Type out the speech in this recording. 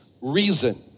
reason